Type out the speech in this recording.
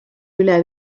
üle